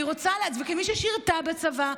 כמי ששירתה בצבא,